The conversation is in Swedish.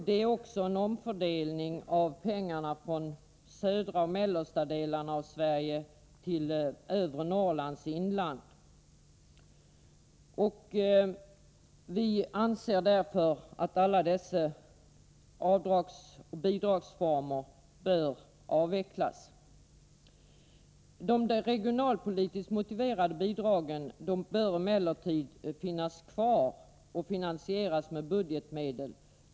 Det innebär också en omfördelning av pengar från södra och mellersta Sverige till övre Norrlands inland. Vi anser därför att samtliga bidragsformer bör avvecklas. De regionalpolitiskt motiverade bidragen bör emellertid finnas kvar, och de bör finansieras med budgetmedel.